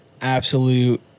absolute